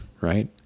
right